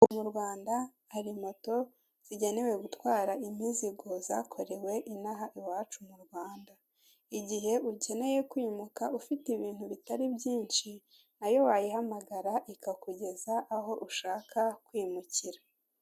Ku Gishushu naho wahabona inzu wakwishyura amafaranga atari menshi nawe ukabasha kuyibamo, ni amadorari magana ane wishyura buri kwezi ni hafi ya raadibi.